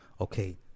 okay